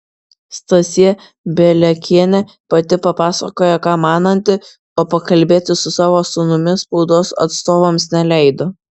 stasė bieliakienė pati papasakojo ką mananti o pakalbėti su savo sūnumi spaudos atstovams neleido